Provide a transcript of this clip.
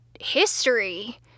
history